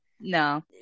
no